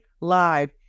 Live